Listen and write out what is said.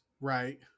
right